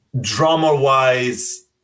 Drama-wise